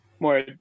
more